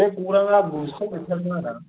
बे गौरांना बुसावजोबथारोना आदा